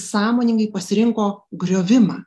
sąmoningai pasirinko griovimą